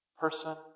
Person